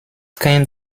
kind